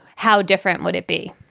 how different would it be?